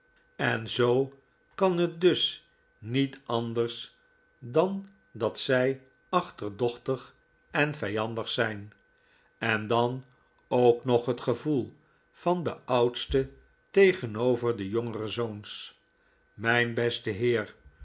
en zoo kan het dus niet anders dan dat zij achte'rdochtig en vijandig zijn en dan ook nog het gevoel van den oudste tegenover de jongere zoons mijn beste heer